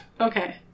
Okay